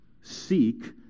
seek